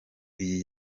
iyi